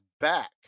back